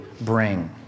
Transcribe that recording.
bring